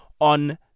on